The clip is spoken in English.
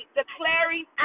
declaring